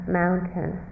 mountain